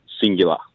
singular